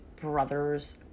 brother's